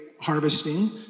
harvesting